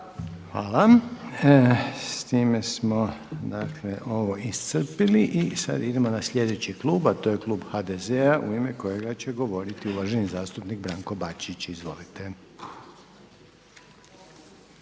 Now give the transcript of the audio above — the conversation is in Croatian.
Hvala. S time smo dakle ovo iscrpili i sad idemo na sljedeći klub, a to je Klub HDZ-a u ime kojega će govoriti uvaženi zastupnik Branko Bačić. Izvolite.